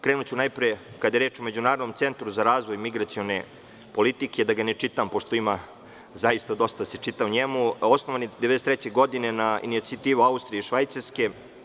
Kada je reč o Međunarodnom centru za razvoj migracione politike, da ga ne čitam, pošto ima zaista dosta da se čita o njemu, osnovan je 1993. godine na inicijativu Austrije i Švajcarske.